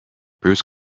bruce